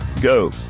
Go